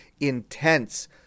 intense